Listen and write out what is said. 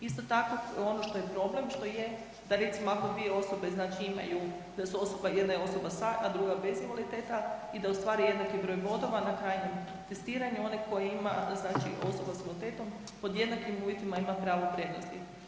Isto tako ono što je problem što je da recimo ako dvije osobe znači imaju da su osoba, jedna je osoba sa, a druga bez invaliditeta i da ostvari jednaki broj bodova na krajnjem testiranju, oni koji ima znači osoba s invaliditetom pod jednakim uvjetima ima pravo prednosti.